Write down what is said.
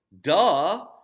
Duh